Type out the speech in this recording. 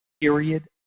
period